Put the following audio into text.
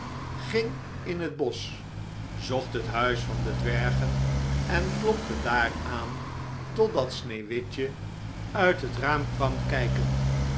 ging in het bosch zocht het huis van de dwergen en klopte daar aan tot dat sneeuwwitje uit het raam kwam kijken